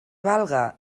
valga